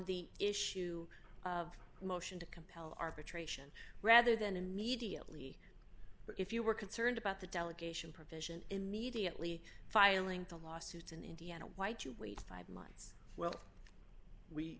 the issue of motion to compel arbitration rather than immediately but if you were concerned about the delegation provision immediately filing the lawsuit in indiana why do you wait five months well we